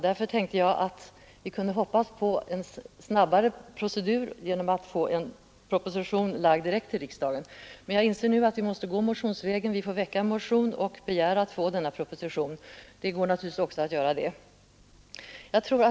Därför tänkte jag att vi kunde hoppas på en snabbare procedur genom att få en proposition lagd direkt till riksdagen. Men jag inser nu att vi måste gå motionsvägen och begära denna proposition — det kan man naturligtvis också göra.